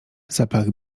zapach